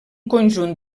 conjunt